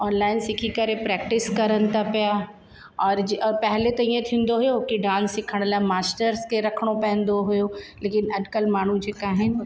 online सिखी करे practice करण था पिया और पहिरीं त ईअं थींदो हुयो की डांस सिखण लाइ मास्टर्स के रखिणो पवंदो हुयो लेकिन अॼकल्ह माण्हू जेका आहिनि